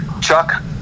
Chuck